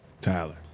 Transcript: Tyler